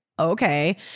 okay